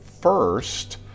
first